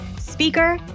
speaker